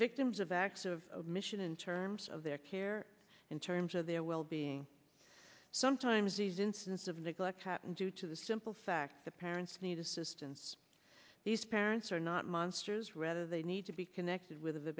victims of acts of omission in terms of their care in terms of their well being sometimes these incidents of neglect due to the simple fact that parents need assistance these parents are not monsters rather they need to be connected with